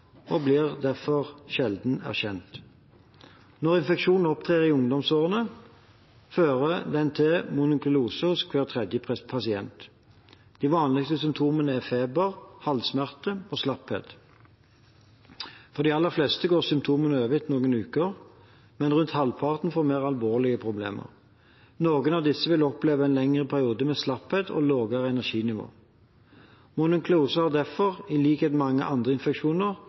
derfor blir den sjelden erkjent. Når infeksjonen opptrer i ungdomsårene, fører den til mononukleose hos hver tredje pasient. De vanligste symptomene er feber, halssmerter og slapphet. For de aller fleste går symptomene over etter noen uker, men rundt halvparten får mer alvorlige problemer. Noen av disse vil oppleve en lengre periode med slapphet og lavere energinivå. Mononukleose har derfor, i likhet med mange andre infeksjoner,